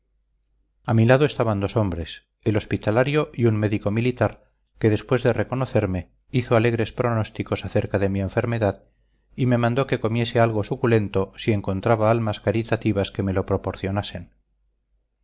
a mi lado estaban dos hombres el hospitalario y un médico militar que después de reconocerme hizo alegres pronósticos acerca de mi enfermedad y me mandó que comiese algo suculento si encontraba almas caritativas que me lo proporcionasen